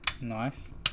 nice